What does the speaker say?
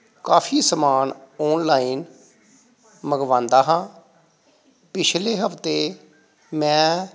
ਕਾਫੀ ਸਮਾਨ ਔਨਲਾਈਨ ਮੰਗਵਾਉਂਦਾ ਹਾਂ ਪਿਛਲੇ ਹਫਤੇ ਮੈਂ